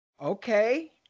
Okay